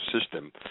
system